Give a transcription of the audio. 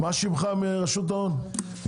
זה לא ילך בצורה הזו.